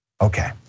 Okay